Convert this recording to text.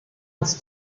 uns